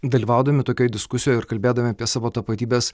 dalyvaudami tokioj diskusijoj ir kalbėdami apie savo tapatybes